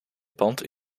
pand